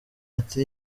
ati